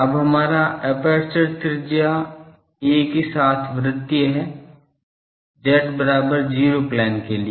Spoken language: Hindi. अब हमारा एपर्चर त्रिज्या a के साथ वृतीय है z बराबर 0 प्लेन के लिए